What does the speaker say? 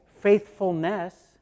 faithfulness